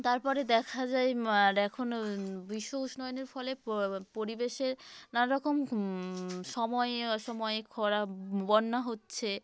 তারপরে দেখা যায় এখন বিশ্ব উষ্ণয়নের ফলে পরিবেশে নানা রকম সময়ে অসময়ে খরা বন্যা হচ্ছে